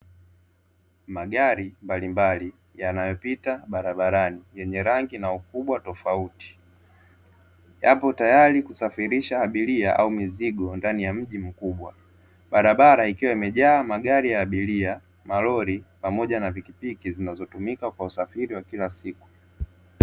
Magari mbalimbali yanayopita barabarani yenye rangi na ukubwa tofauti; yapo tayari kusafirisha abiria au mizigo ndani ya mji mkubwa. Barabara ikiwa imejaa magari ya abiria, malori pamoja na pikipiki zinazotumika kwa usafiri wa kila siku.